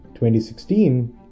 2016